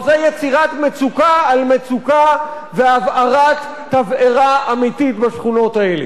או שזה יצירת מצוקה על מצוקה והבערת תבערה אמיתית בשכונות האלה?